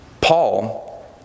Paul